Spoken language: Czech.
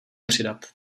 přidat